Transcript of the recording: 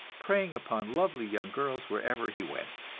preying upon lovely young girls wherever he went.